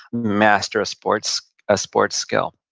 master a sports ah sports skill